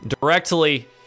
directly